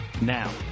Now